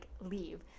leave